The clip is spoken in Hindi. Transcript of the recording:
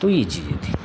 तो ये चीज़ें थी